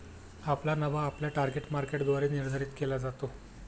आपला नफा आपल्या टार्गेट मार्केटद्वारे निर्धारित केला जातो